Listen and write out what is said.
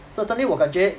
certainly 我感觉